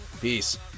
Peace